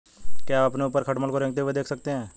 क्या आप अपने ऊपर खटमल को रेंगते हुए देख सकते हैं?